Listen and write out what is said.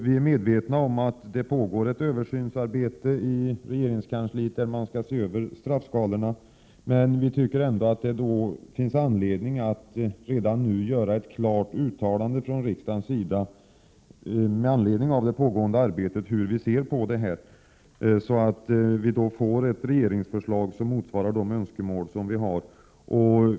Vi är medvetna om att det i regeringskansliet pågår en översyn av straffskalorna, men vi tycker att det finns skäl att med anledning av detta redan nu göra ett klart uttalande från riksdagen om hur vi ser på dessa frågor, så att vi kan få ett regeringsförslag som motsvarar de önskemål som vi har.